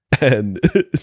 And-